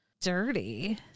dirty